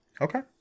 Okay